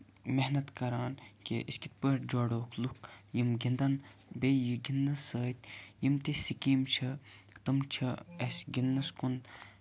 محنت کران کہِ أسۍ کِتھٕ پٲٹھۍ جوڑوکھ لُکھ یِم گِنٛدن بیٚیہِ یہِ گِندنَس سۭتۍ یِم تہِ سِکیٖم چھِ تِم چھِ اَسہِ گِنٛدنَس کُن